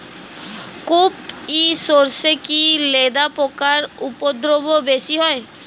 কোপ ই সরষে কি লেদা পোকার উপদ্রব বেশি হয়?